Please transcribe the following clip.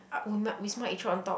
uh Wisma Atria on top